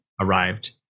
arrived